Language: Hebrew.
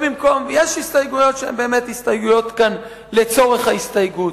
יש הסתייגויות שהן באמת לצורך ההסתייגות,